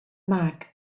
mag